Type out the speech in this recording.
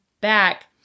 back